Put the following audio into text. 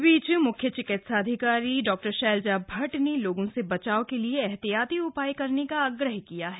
इस बीच म्ख्य चिकित्साधिकारी डॉक्टर शैलजा भट्ट ने लोगों से बचाव के लिए एहतियाती उपाय करने का आग्रह किया है